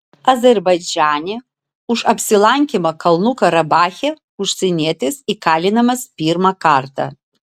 azerbaidžane už apsilankymą kalnų karabache užsienietis įkalinamas pirmą kartą